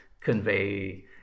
convey